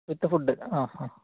വിത്ത് food ആ ആ